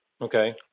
Okay